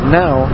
now